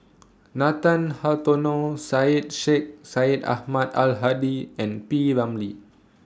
Nathan Hartono Syed Sheikh Syed Ahmad Al Hadi and P Ramlee